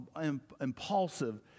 impulsive